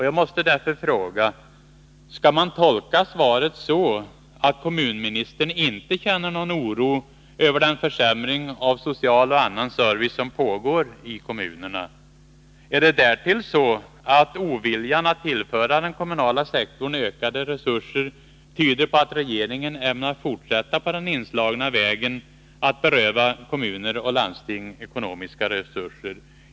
Jag måste därför fråga: Skall man tolka svaret så, att kommunministern inte känner någon oro över den försämring av social och annan service som pågår i kommunerna? Är det därtill så, att oviljan att tillföra den kommunala sektorn ökade resurser tyder på att regeringen ämnar fortsätta på den inslagna vägen att beröva kommuner och landsting ekonomiska resurser?